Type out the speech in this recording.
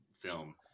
film